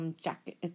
jacket